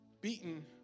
Beaten